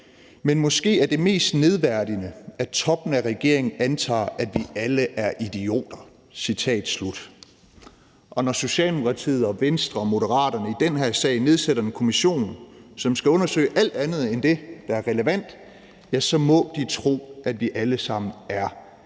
men måske er det mest nedværdigende, at toppen af regeringen antager, at vi alle er idioter.« Og når Socialdemokratiet, Venstre og Moderaterne i den her sag nedsætter en kommission, som skal undersøge alt andet end det, der er relevant, må de tro, at vi alle sammen er idioter.